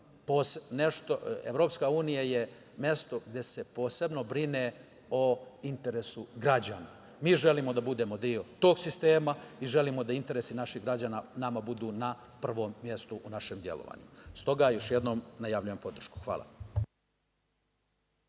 Evropska unija je mesto gde se posebno brine o interesu građana. Mi želimo da budemo deo tog sistema i želimo da interesi naših građana nama budu na prvom mestu u našem delovanju. Stoga još jednom najavljujem podršku. Hvala.